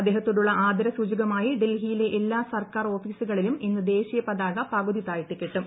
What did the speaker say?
അദ്ദേഹത്തോടുള്ള ആദരസൂചകമായി ഡൽഹിയിലെ എല്ലാ സർക്കാർ ഓഫീസുകളിലും ഇന്ന് ദേശീയപതാക പകുതി താഴ്ത്തി കെട്ടും